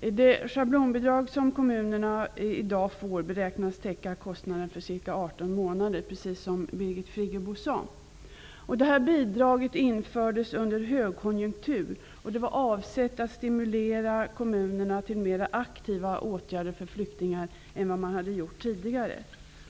Det schablonbidrag som kommunerna i dag får beräknas täcka kostnaderna för ca 18 månder, som Birgit Friggebo sade. Bidraget infördes under högkonjunktur och var avsett att stimulera kommunerna att vidta mer aktiva åtgärder för flyktingar än man gjort tidigare.